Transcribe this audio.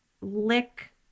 lick